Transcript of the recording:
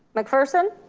mcpherson,